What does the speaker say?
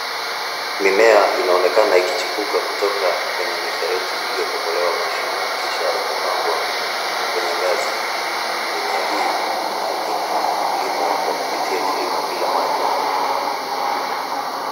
Mimea inaonekana ikichipuka kutoka kwenye mifereji iliyotobolewa mashimo kisha ikapangwa, kwenye ngazi. Mimea hii inalimwa kwa kupitia kilimo bila maji.